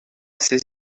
ces